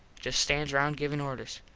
just stands round givin orders.